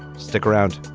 stick around